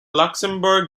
luxemburg